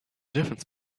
difference